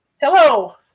Hello